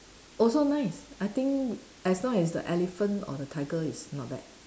also nice I think as long as the elephant or the tiger is not bad